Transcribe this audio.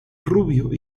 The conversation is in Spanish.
rubio